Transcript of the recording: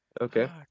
Okay